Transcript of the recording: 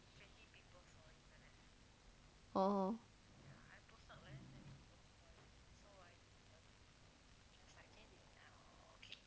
orh